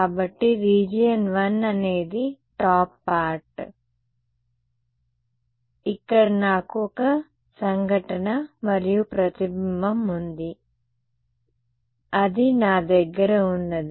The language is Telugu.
కాబట్టి రీజియన్ 1 అనేది టాప్ పార్ట్ ఇక్కడ నాకు ఒక సంఘటన మరియు ప్రతిబింబం ఉంది అది నా దగ్గర ఉన్నది